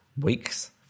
weeks